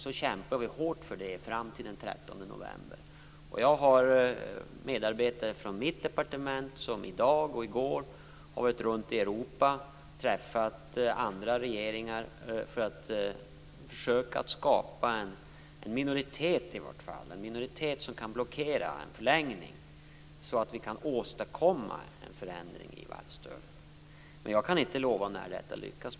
Vi kämpar hårt för det fram till den 13 Jag har medarbetare i mitt departement som i dag och i går har varit runt i Europa och träffat andra regeringar för att försöka att i vart fall skapa en minoritet som kan blockera en förlängning, så att vi kan åstadkomma en förändring av varvsstödet. Jag kan inte lova en tidpunkt för när detta lyckas.